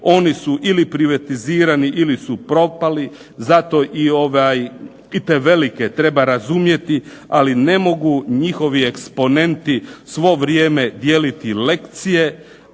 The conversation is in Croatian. Oni su ili privatizirani ili su propali. Zato i te velike treba razumjeti. Ali ne mogu njihovi eksponenti svo vrijeme dijeliti lekcije,